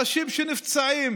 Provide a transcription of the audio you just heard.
אנשים נפצעים,